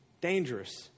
dangerous